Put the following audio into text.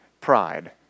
pride